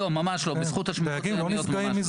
לא, ממש לא, בזכות השמורות הימיות ממש לא.